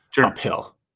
uphill